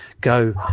go